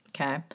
Okay